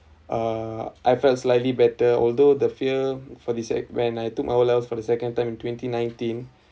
uh I felt slightly better although the fear for this act when I took my O levels for the second time in twenty nineteen